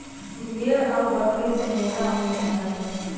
भेड़ आउर बकरी से मोटा ऊन निकालल जाला